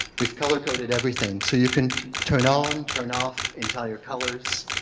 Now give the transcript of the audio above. we have color coded everything so you can turn on, turn off entire colors.